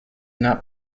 not